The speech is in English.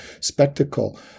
spectacle